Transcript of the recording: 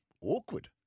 awkward